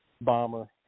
bomber